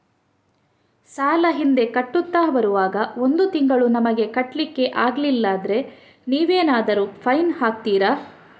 ಸಾಲ ಹಿಂದೆ ಕಟ್ಟುತ್ತಾ ಬರುವಾಗ ಒಂದು ತಿಂಗಳು ನಮಗೆ ಕಟ್ಲಿಕ್ಕೆ ಅಗ್ಲಿಲ್ಲಾದ್ರೆ ನೀವೇನಾದರೂ ಫೈನ್ ಹಾಕ್ತೀರಾ?